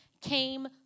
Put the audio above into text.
came